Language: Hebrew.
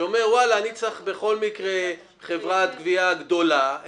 שאומרים אנחנו צריכים בכל מקרה חברת גבייה גדולה,